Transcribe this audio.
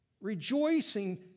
rejoicing